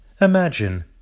imagine